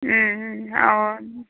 অ